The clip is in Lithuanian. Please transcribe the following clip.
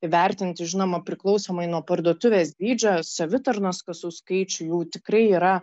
įvertinti žinoma priklausomai nuo parduotuvės dydžio savitarnos kasų skaičių jų tikrai yra